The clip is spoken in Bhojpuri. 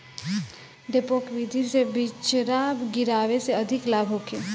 डेपोक विधि से बिचरा गिरावे से अधिक लाभ होखे?